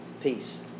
peace